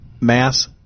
mass